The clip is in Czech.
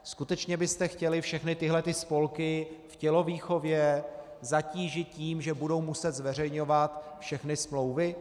Skutečně byste chtěli všechny tyhle spolky v tělovýchově zatížit tím, že budou muset zveřejňovat všechny smlouvy?